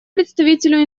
представителю